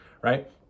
right